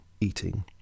eating